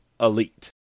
elite